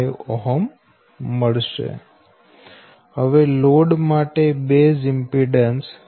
1495 હવે લોડ માટે base impedance ZBLoad21001